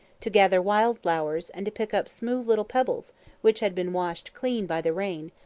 to gather wild flowers, and to pick up smooth little pebbles which had been washed clean by the rain,